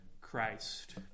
Christ